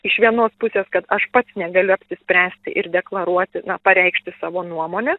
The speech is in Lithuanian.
iš vienos pusės kad aš pats negaliu apsispręsti ir deklaruoti pareikšti savo nuomonę